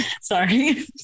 sorry